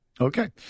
Okay